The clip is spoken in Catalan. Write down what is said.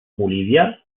bolívia